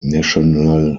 nationalism